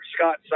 Scott